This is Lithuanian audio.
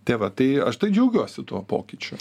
tai va tai aš tai džiaugiuosi tuo pokyčiu